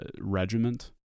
regiment